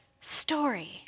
story